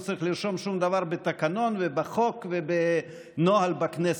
לא צריך לרשום שום דבר בתקנון ובחוק ובנוהל בכנסת,